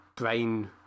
brain